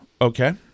Okay